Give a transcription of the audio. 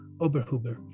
Oberhuber